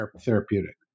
therapeutic